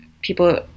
people